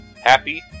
Happy